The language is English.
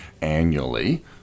annually